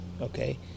okay